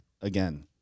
again